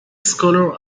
scholar